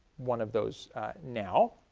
one of those now.